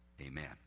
Amen